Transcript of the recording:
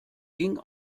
ging